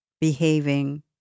behaving